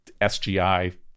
SGI